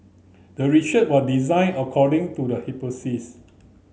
the research was designed according to the hypothesis